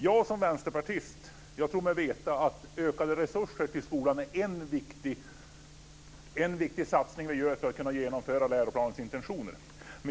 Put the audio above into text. Jag som vänsterpartist tror mig veta att ökade resurser till skolan är en viktig satsning för att kunna genomföra läroplanens intentioner.